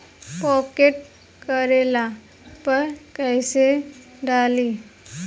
Pocket करेला पर कैसे डाली?